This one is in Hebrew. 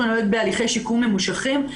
ממנו להיות בהליכי שיקום ממושכים.